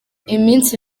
iminsi